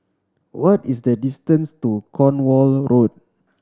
what is the distance to Cornwall Road